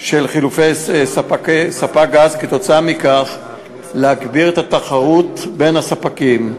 של חילופי ספק גז וכתוצאה מכך להגביר את התחרות בין הספקים.